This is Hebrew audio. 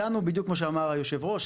בדיוק כמו שאמר היו"ר,